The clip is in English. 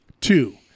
Two